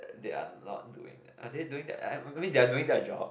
they are not doing are they doing thei~ I mean their doing their job